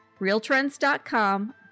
Realtrends.com